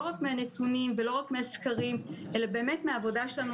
לא רק מן הנתונים ולא רק מן הסקרים אלא באמת מן העבודה שלנו,